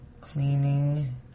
cleaning